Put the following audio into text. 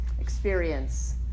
experience